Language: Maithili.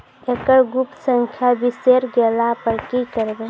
एकरऽ गुप्त संख्या बिसैर गेला पर की करवै?